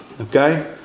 Okay